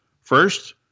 First